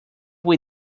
fue